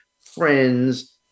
friends